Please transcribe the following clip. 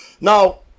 Now